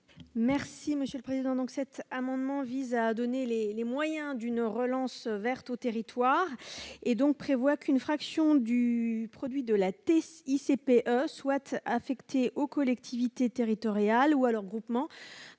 l'amendement n° 293 rectifié . Cet amendement vise à donner les moyens d'une relance verte aux territoires. Il prévoit qu'une fraction du produit de la TICPE soit affectée aux collectivités territoriales ou à leurs groupements,